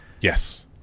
Yes